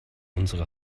unsere